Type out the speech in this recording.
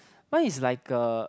mine is like a